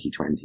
2020